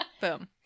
Boom